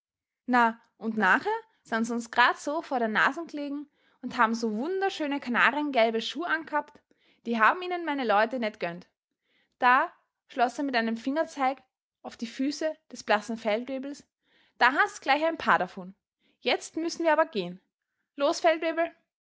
na und nachher san's uns grad so vor der nas'n g'legen und haben so wunderschöne kanariengelbe schuh ang'habt die haben ihnen meine leut net gönnt da schloß er mit einem fingerzeig auf die füße des blassen feldwebels da hast gleich ein paar davon jetzt müss'n wir aber gehn los feldwebel